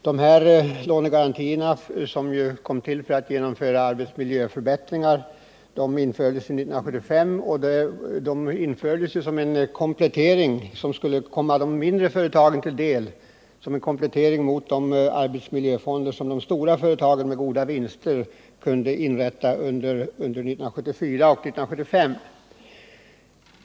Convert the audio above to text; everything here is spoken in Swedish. Dessa lånegarantier, som ju kom till för att genomföra arbetsmiljöförbättringar, infördes 1975 för att komma de mindre företagen till del och utgjorde en komplettering till de arbetsmiljöfonder som de stora företagen med goda vinster kunde inrätta under 1974 och 1975.